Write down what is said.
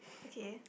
okay